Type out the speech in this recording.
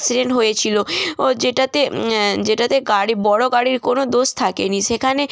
accident হয়েছিলো ও যেটাতে যেটাতে গাড়ি বড়ো গাড়ির কোনো দোষ থাকে নি সেখানে